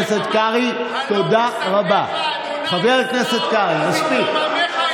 דוד המלך אמר חבר הכנסת קרעי, מספיק.